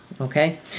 Okay